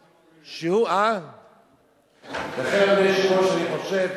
מפורש שהוא, לכן, אדוני היושב-ראש, אני חושב